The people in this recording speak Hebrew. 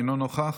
אינו נוכח,